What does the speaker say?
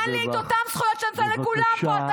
תן לי את אותן זכויות שאתה נותן לכולם פה.